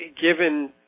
given